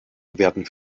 werden